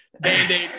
Band-Aid